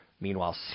Meanwhile